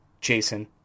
Jason